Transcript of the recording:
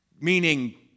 Meaning